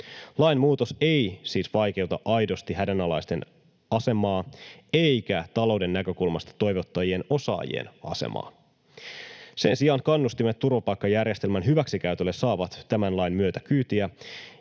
Lainmuutos ei siis vaikeuta aidosti hädänalaisten asemaa eikä talouden näkökulmasta toivottujen osaajien asemaa. Sen sijaan kannustimet turvapaikkajärjestelmän hyväksikäytölle saavat tämän lain myötä kyytiä.